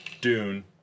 Dune